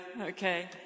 Okay